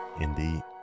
Indeed